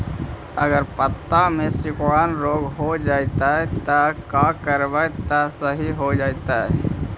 अगर पत्ता में सिकुड़न रोग हो जैतै त का करबै त सहि हो जैतै?